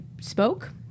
spoke